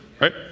right